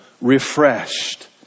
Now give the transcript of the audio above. refreshed